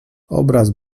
obraz